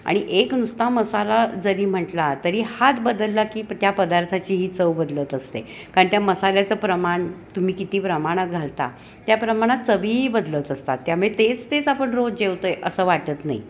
आणि एक नुसता मसाला जरी म्हटला तरी हात बदलला की त्या पदार्थाची ही चव बदलत असते कारण त्या मसाल्याचं प्रमाण तुम्ही किती प्रमाणात घालता त्या प्रमाणात चवीही बदलत असतात त्यामुळे तेच तेच आपण रोज जेवतो आहे असं वाटत नाही